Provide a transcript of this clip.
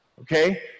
Okay